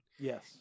Yes